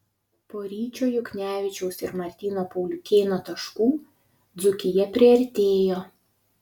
po ryčio juknevičiaus ir martyno paliukėno taškų dzūkija priartėjo